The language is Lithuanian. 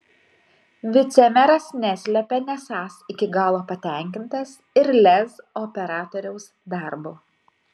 vicemeras neslepia nesąs iki galo patenkintas ir lez operatoriaus darbu